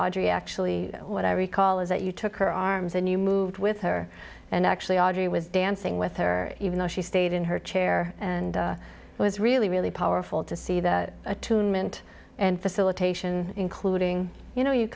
audrey actually what i recall is that you took her arms and you moved with her and actually audrey was dancing with her even though she stayed in her chair and it was really really powerful to see that attunement and facilitation including you know you